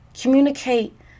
Communicate